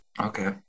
Okay